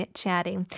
chatting